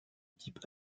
type